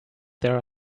there